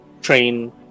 train